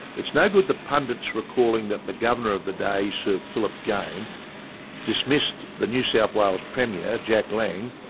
it's no good the pundits recalling that the governor of the day sir philip game dismissed the new south wales premier, jack lang,